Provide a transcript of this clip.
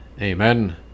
amen